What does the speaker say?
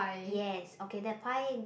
yes okay that pie the